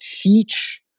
teach